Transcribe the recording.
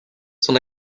son